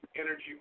energy